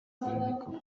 amikoro